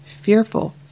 fearful